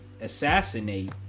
assassinate